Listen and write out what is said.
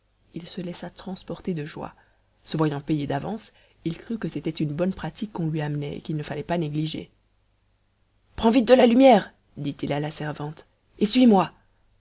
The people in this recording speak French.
il se laissa transporter de joie se voyant payé d'avance il crut que c'était une bonne pratique qu'on lui amenait et qu'il ne fallait pas négliger prends vite de la lumière dit-il à la servante et suis-moi